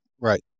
right